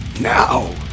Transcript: Now